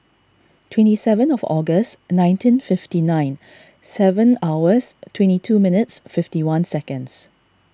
twenty seven of August nineteen fifty nine seven hours twenty two minutes fifty one seconds